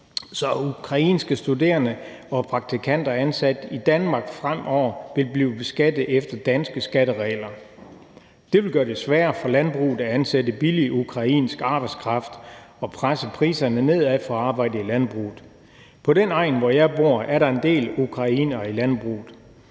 så ukrainske studerende og praktikanter ansat i Danmark fremover vil blive beskattet efter danske skatteregler. Det vil gøre det sværere for landbruget at ansætte billig ukrainsk arbejdskraft og presse priserne nedad for arbejde i landbruget. På den egn, hvor jeg bor, er der en del ukrainere i landbruget,